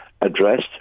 addressed